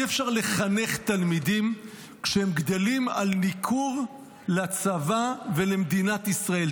אי-אפשר לחנך תלמידים כשהם גדלים על ניכור לצבא ולמדינת ישראל.